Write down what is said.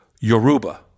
Yoruba